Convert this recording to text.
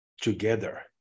together